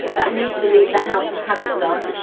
that needs to leave the house and hasn't done.